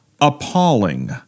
appalling